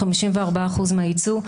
54% מהייצוא,